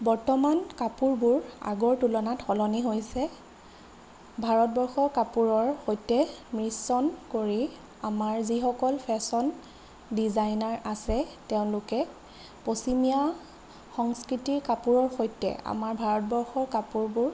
বৰ্তমান কাপোৰবোৰ আগৰ তুলনাত সলনি হৈছে ভাৰতবৰ্ষ কাপোৰৰ সৈতে মিশ্ৰণ কৰি আমাৰ যিসকল ফেশ্বন ডিজাইনাৰ আছে তেওঁলোকে পশ্চিমীয়া সংস্কৃতিৰ কাপোৰৰ সৈতে আমাৰ ভাৰতবৰ্ষৰ কাপোৰবোৰ